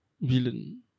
Villain